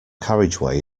carriageway